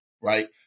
right